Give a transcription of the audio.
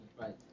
right